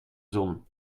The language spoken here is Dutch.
zon